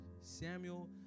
Samuel